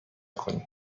کنی